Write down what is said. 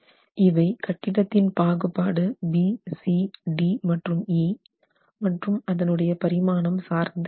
இவை கட்டிடத்தின் பாகுபாடு BC D மற்றும் E மற்றும் அதனுடைய பரிமாணம் சார்ந்து இருக்கும்